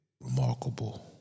remarkable